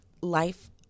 life